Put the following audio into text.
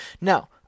Now